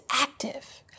active